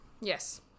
yes